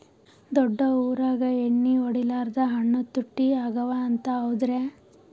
ದೊಡ್ಡ ಊರಾಗ ಎಣ್ಣಿ ಹೊಡಿಲಾರ್ದ ಹಣ್ಣು ತುಟ್ಟಿ ಅಗವ ಅಂತ, ಹೌದ್ರ್ಯಾ?